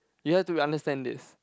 you have to understand this